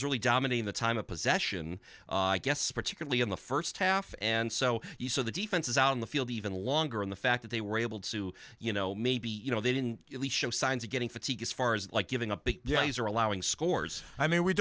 was really dominating the time of possession i guess particularly in the first half and so you saw the defenses on the field even longer in the fact that they were able to you know maybe you know they didn't really show signs of getting fatigue as far as like giving up the yankees or allowing scores i mean we